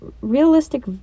realistic